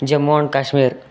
Jammu and Kashmir